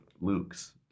Luke's